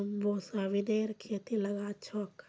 jumbo सोयाबीनेर खेती लगाल छोक